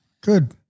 Good